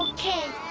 can